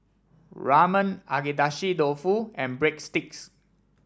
Ramen Agedashi Dofu and Breadsticks